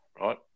right